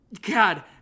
God